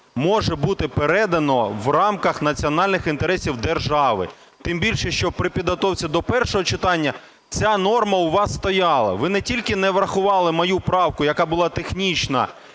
може бути передане в рамках національних інтересів держави. Тим більше, що при підготовці до першого читання ця норма у вас стояла. Ви не тільки не врахували мою правку, яка була технічна,